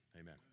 amen